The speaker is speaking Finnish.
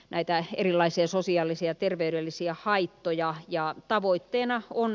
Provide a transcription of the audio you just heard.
näitä erilaisia sosiaalisia terveydellisiä haittoja ja tavoitteena on